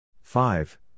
Five